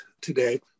today